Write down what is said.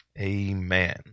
Amen